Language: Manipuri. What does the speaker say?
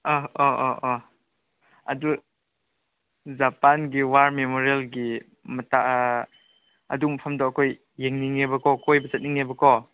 ꯑꯥ ꯑꯥ ꯑꯥ ꯑꯥ ꯑꯗꯨ ꯖꯥꯄꯥꯟꯒꯤ ꯋꯥꯔ ꯃꯦꯃꯣꯔꯦꯜꯒꯤ ꯑꯗꯨ ꯃꯐꯝꯗꯣ ꯑꯩꯈꯣꯏ ꯌꯦꯡꯅꯤꯡꯉꯦꯕꯀꯣ ꯀꯣꯏꯕ ꯆꯠꯅꯤꯡꯉꯦꯕꯀꯣ